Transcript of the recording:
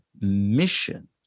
mission